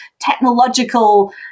technological